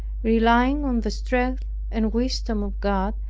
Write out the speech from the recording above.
relying on the strength and wisdom of god,